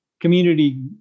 community